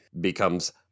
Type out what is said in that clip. becomes